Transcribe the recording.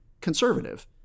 conservative